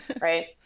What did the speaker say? right